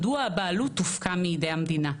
מדוע הבעלות תופקע מידי המדינה?".